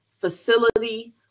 facility